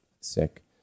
sick